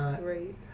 great